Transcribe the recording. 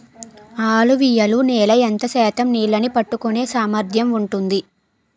అలువియలు నేల ఎంత శాతం నీళ్ళని పట్టుకొనే సామర్థ్యం ఉంటుంది?